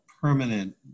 permanent